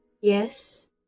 yes